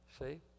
see